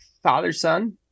Father-son